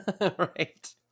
Right